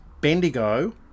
Bendigo